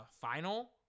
final